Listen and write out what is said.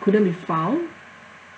couldn't be found